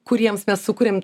kuriems mes sukūrėm